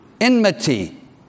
Enmity